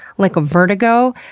like a vertigo,